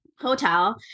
hotel